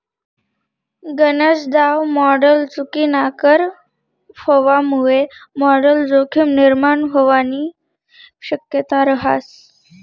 गनज दाव मॉडल चुकीनाकर व्हवामुये मॉडल जोखीम निर्माण व्हवानी शक्यता रहास